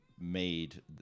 made